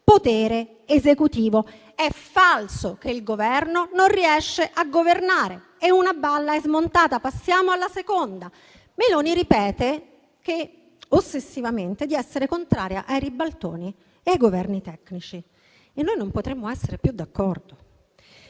potere esecutivo». È falso che il Governo non riesce a governare. E una balla è smontata. Passiamo alla seconda. Giorgia Meloni ripete ossessivamente di essere contraria ai ribaltoni e ai Governi tecnici e noi non potremmo essere più d'accordo.